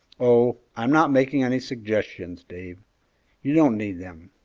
oh, i'm not making any suggestions, dave you don't need them.